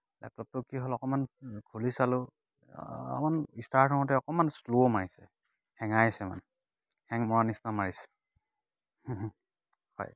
লেপটপটোত কি হ'ল অকৱমান খুলি চালো অকণ ষ্টাৰ্ট হওঁতে অকমান শ্ল' মাৰিছে হেঙাইছে মানে হেং মৰা নিচিনা মাৰিছে হয়